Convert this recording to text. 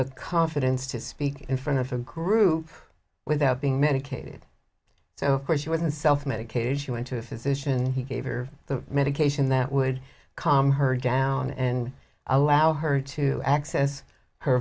the confidence to speak in front of a group without being medicated so when she was in self medicated she went to a physician he gave her the medication that would calm her down and allow her to access her